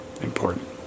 important